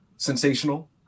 sensational